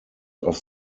off